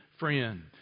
friend